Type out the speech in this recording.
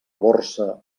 borsa